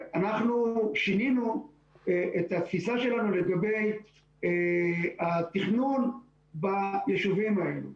אנחנו שינינו את התפיסה שלנו לגבי התכנון ביישובים האלה.